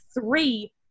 three